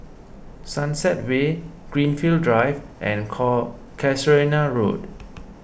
Sunset Way Greenfield Drive and co Casuarina Road